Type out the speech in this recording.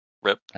Rip